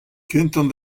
kentañ